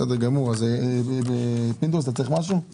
הסיבה שהתקציב מתוקצב כעת כתוספת היא